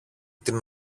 την